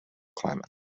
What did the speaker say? climate